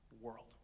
world